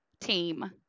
team